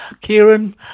kieran